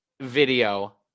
video